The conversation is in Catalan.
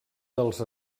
dels